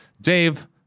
Dave